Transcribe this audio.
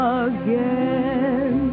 again